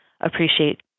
appreciate